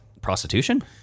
prostitution